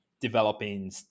developing